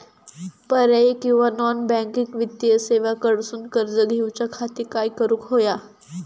पर्यायी किंवा non banking वित्तीय सेवा कडसून कर्ज घेऊच्या खाती काय करुक होया?